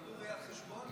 הן למדו ראיית חשבון?